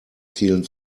vielen